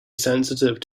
sensitive